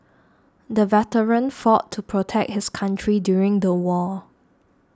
the veteran fought to protect his country during the war